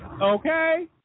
Okay